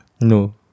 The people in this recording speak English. No